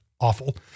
awful